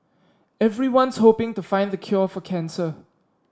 everyone's hoping to find the cure for cancer